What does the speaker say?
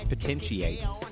Potentiates